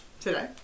today